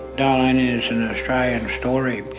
darlene is an australian story.